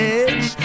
edge